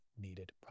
Needed